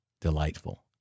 delightful